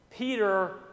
Peter